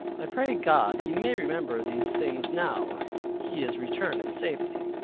i pray god he may remember these things now he is returned in safety.